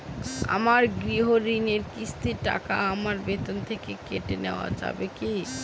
আমার গৃহঋণের কিস্তির টাকা আমার বেতন থেকে কেটে নেওয়া যাবে কি?